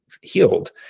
healed